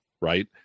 right